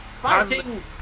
fighting